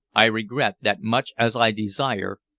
i regret that much as i desire,